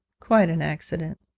quite an accident